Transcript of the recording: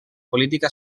política